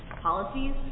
policies